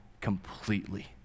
completely